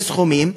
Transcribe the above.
וסכומים,